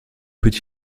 peut